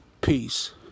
Peace